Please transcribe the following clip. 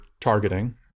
targeting